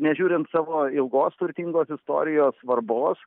nežiūrint savo ilgos turtingos istorijos svarbos